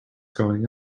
going